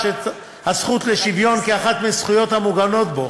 את הזכות לשוויון כאחת מהזכויות המעוגנות בו,